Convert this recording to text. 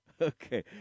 Okay